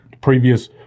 previous